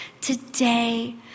Today